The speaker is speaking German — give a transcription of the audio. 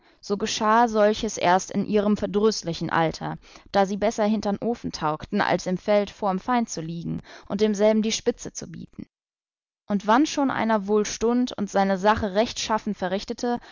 so geschahe solches erst in ihrem verdrüßlichen alter da sie besser hintern ofen taugten als im feld vorm feind zu liegen und demselben die spitze zu bieten und wann schon einer wohl stund und seine sache rechtschaffen verrichtete